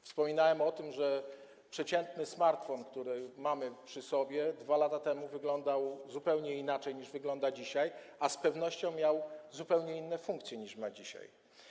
Wspominałem o tym, że przeciętny smartfon, który mamy przy sobie, 2 lata temu wyglądał zupełnie inaczej, niż wygląda dzisiaj, a z pewnością miał zupełnie inne funkcje, niż ma dzisiaj.